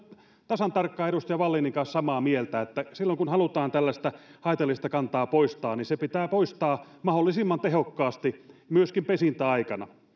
tasan tarkkaan edustaja wallinin kanssa samaa mieltä että silloin kun halutaan tällaista haitallista kantaa poistaa niin se pitää poistaa mahdollisimman tehokkaasti myöskin pesintäaikana